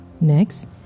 Next